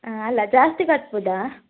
ಅಲ್ಲ ಜಾಸ್ತಿ ಕಟ್ಬೋದ